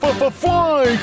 fly